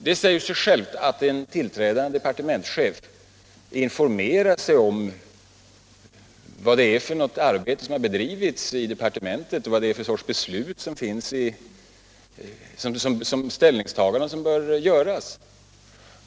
Det säger sig självt att en tillträdande departementschef informerar sig om vad det är för något arbete som har bedrivits i departementet och vad det är för sorts ställningstaganden som bör göras.